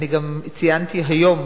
אני גם ציינתי היום,